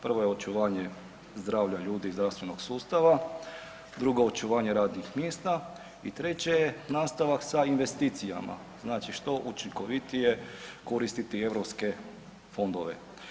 Prvo je očuvanje zdravlja ljudi i zdravstvenog sustava, drugo očuvanje radnih mjesta i treće je nastavak sa investicijama, znači što učinkovitije koristiti europske fondove.